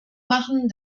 machen